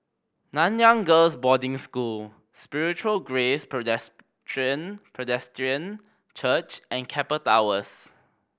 Nanyang Girls' Boarding School Spiritual Grace Presbyterian Church and Keppel Towers